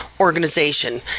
organization